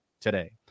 today